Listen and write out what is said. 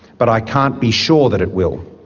but i can't be sure that it will.